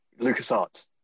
LucasArts